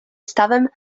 stawem